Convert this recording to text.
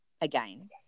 again